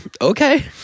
Okay